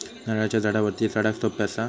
नारळाच्या झाडावरती चडाक सोप्या कसा?